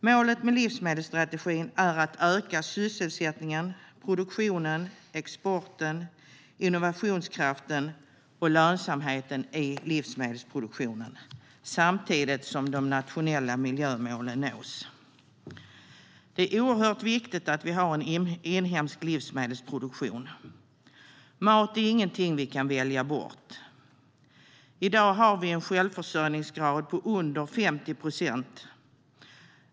Målet med livsmedelsstrategin är att öka sysselsättningen, produktionen, exporten, innovationskraften och lönsamheten i livsmedelsproduktionen, samtidigt som de nationella miljömålen nås. Det är oerhört viktigt att vi har en inhemsk livsmedelsproduktion. Mat är inget vi kan välja bort. I dag har vi en självförsörjningsgrad på under 50 procent.